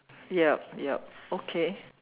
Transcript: yup yup okay